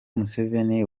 museveni